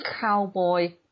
cowboy